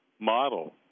model